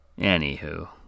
Anywho